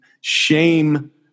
shame